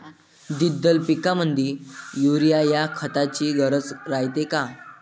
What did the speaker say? द्विदल पिकामंदी युरीया या खताची गरज रायते का?